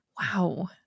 Wow